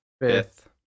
fifth